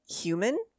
human